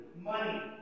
money